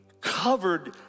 covered